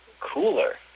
cooler